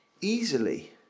Easily